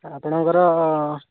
ଆପଣଙ୍କର